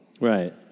Right